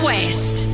West